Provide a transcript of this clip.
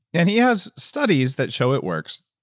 and he has studies that show it works.